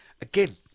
again